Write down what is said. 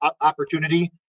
opportunity